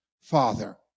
Father